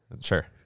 Sure